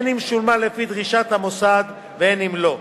הן אם שולמה לפי דרישת המוסד והן אם לא.